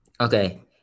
Okay